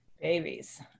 Babies